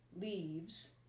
leaves